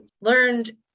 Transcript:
learned